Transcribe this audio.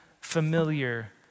familiar